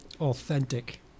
Authentic